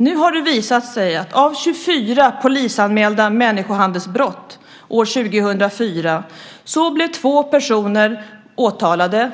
Nu har det visat sig att vid 24 polisanmälda människohandelsbrott år 2004 blev två personer åtalade